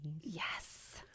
Yes